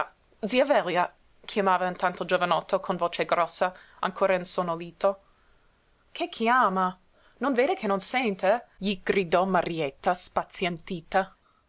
zia velia chiamava intanto il giovanotto con voce grossa ancora insonnolito che chiama non vede che non sente gli gridò manetta spazientita